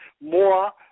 more